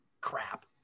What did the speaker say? crap